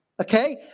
okay